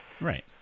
Right